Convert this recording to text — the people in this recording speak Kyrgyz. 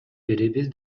беребиз